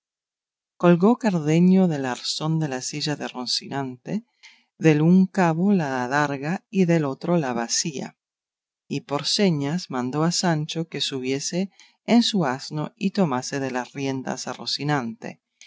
colgó cardenio del arzón de la silla de rocinante del un cabo la adarga y del otro la bacía y por señas mandó a sancho que subiese en su asno y tomase de las riendas a rocinante